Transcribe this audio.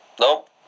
Nope